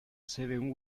seven